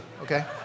okay